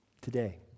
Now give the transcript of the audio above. Today